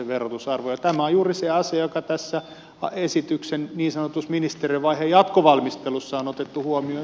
tämä on juuri se asia joka tässä esityksen niin sanotussa ministerivaiheen jatkovalmistelussa on otettu huomioon